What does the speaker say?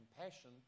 compassion